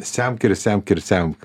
semk ir semk ir semk